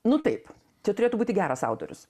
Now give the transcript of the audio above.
nu taip čia turėtų būti geras autorius